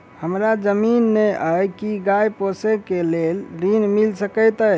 हमरा जमीन नै अई की गाय पोसअ केँ लेल ऋण मिल सकैत अई?